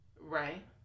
right